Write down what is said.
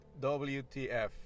wtf